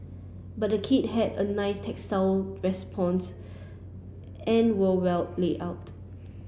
but the key have a nice tactile response and were well laid out